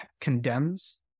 condemns